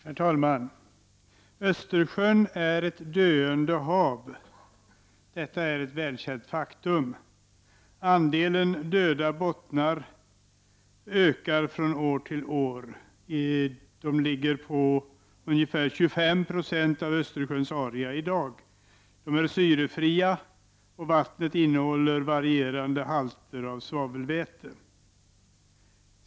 Herr talman! Östersjön är ett döende hav. Detta är ett välkänt faktum. Andelen bottnar som är helt döda ökar från år till år. 25 96 av bottnarna är i dag syrefria, och vattnet innehåller varierande halter av svavelväten.